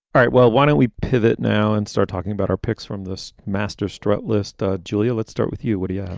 right, well, why don't we pivot now and start talking about our picks from this master stroke list? ah julia, let's start with you. what do yeah